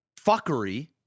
fuckery